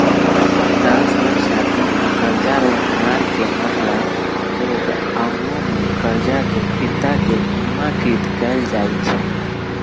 भुगतान सुरक्षा बीमा करजा लेनिहार के मरला, रोग आउरो में करजा के फिरता के बिमाकृत कयल जाइ छइ